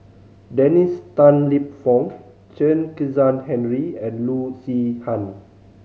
Dennis Tan Lip Fong Chen Kezhan Henri and Loo Zihan